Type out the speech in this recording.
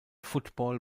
football